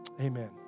Amen